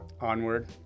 onward